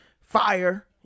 fire